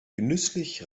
genüsslich